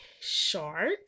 short